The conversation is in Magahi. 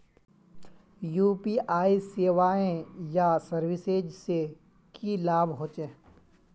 यु.पी.आई सेवाएँ या सर्विसेज से की लाभ होचे?